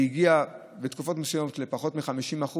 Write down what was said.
שהגיעה בתקופות מסוימות לפחות מ-50%.